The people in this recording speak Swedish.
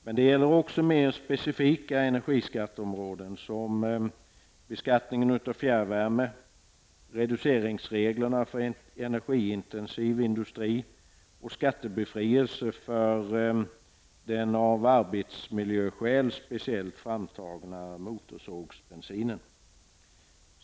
Men det gäller också mer specifika energiskatteområden, som beskattning av fjärrvärme, reduceringsreglerna för energiintensiv industri och skattebefrielse för den av arbetsmiljöskäl speciellt framtagna motorsågsbensinen.